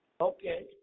Okay